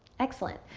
excellent.